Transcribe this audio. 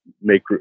make